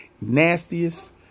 nastiest